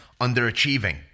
underachieving